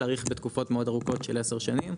להאריך בתקופות מאוד ארוכות של 10 שנים,